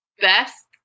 best